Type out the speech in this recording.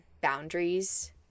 boundaries